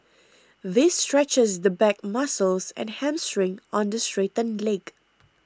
this stretches the back muscles and hamstring on the straightened leg